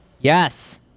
Yes